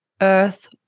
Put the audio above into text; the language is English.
earth